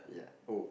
yeah oh